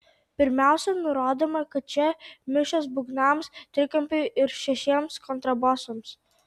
pirmiausia nurodoma kad čia mišios būgnams trikampiui ir šešiems kontrabosams